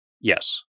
Yes